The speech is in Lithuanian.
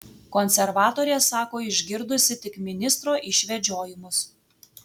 konservatorė sako išgirdusi tik ministro išvedžiojimus